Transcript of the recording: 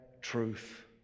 truth